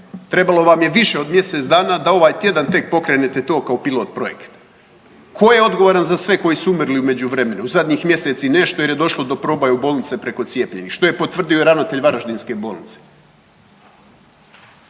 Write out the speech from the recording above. Trebalo vam je više od mjesec dana da ovaj tjedan tek pokrenete to kao pilot projekt. Tko je odgovoran za sve koji su umrli u međuvremenu u zadnjih mjesec i nešto jer je došlo do proboja u bolnice preko cijepljenih što je potvrdio i ravnatelj varaždinske bolnice.